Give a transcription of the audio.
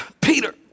Peter